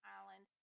Island